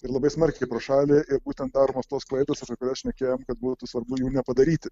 ir labai smarkiai pro šalį ir būtent daromos tos klaidos kurias šnekėjom kad būtų svarbu jų nepadaryti